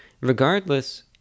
Regardless